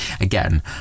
Again